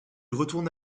retourne